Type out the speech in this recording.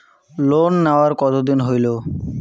Loan নেওয়ার কতদিন হইল?